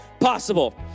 possible